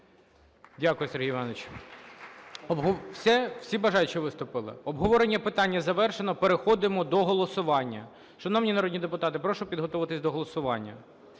Дякую, Сергій Іванович. Все, всі бажаючі виступили? Обговорення питання завершено. Переходимо до голосування. Шановні народні депутати, прошу підготуватись до голосування.